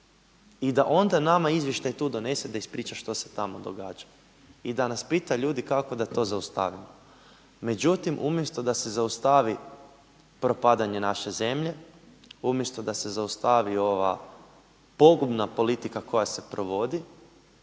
i da onda nama izvještaj tu donese da ispriča što se tamo događa i da nas pita ljudi kako da to zaustavimo. Međutim umjesto da se zaustavi propadanje naše zemlje, umjesto da se zaustavi ova pogubna politika koja se provodi,